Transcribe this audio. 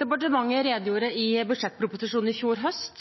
Departementet redegjorde i budsjettproposisjonen i fjor høst